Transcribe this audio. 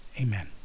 Amen